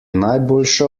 najboljša